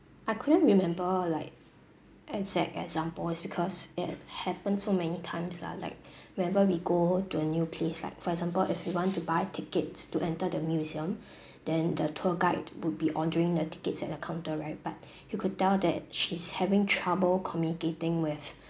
I couldn't remember like exact example is because it happened so many times lah like wherever we go to a new place like for example if we want to buy tickets to enter the museum then the tour guide would be ordering the tickets at the counter right but you could tell that she's having trouble communicating with